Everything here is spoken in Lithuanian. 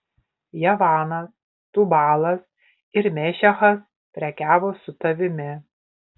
javanas tubalas ir mešechas prekiavo su tavimi